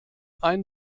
ein